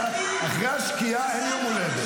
אחרי השקיעה אין יום הולדת.